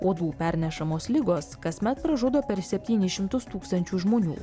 uodų pernešamos ligos kasmet pražudo per septynis šimtus tūkstančių žmonių